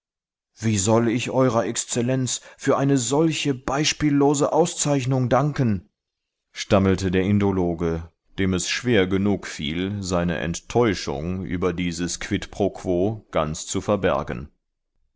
wie soll ich eurer exzellenz für eine solche beispiellose auszeichnung danken stammelte der indologe dem es schwer genug fiel seine enttäuschung über dies quid pro quo ganz zu verbergen